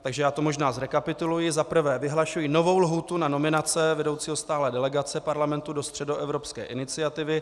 Takže to možná zrekapituluji: Za prvé vyhlašuji novou lhůtu na nominace vedoucího stálé delegace Parlamentu do Středoevropské iniciativy.